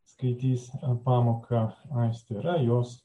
skaitys pamoką aistei yra jos